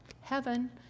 Heaven